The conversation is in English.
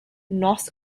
north